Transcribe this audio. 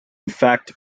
fact